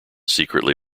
secretly